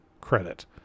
credit